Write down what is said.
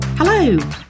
Hello